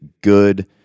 good